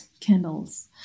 candles